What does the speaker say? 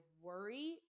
worry